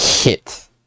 hit